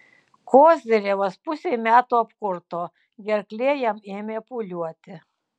kozyrevas pusei metų apkurto gerklė jam ėmė pūliuoti